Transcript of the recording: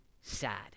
sad